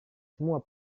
semua